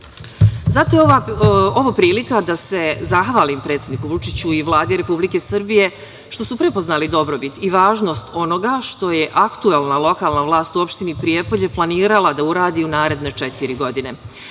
je prilika da se zahvalim predsedniku Vučiću i Vladi Republike Srbije što su prepoznali dobrobit i važnost onoga što je aktuelna lokalna vlast u opštini Prijepolje planirala da uradi u naredne četiri godine.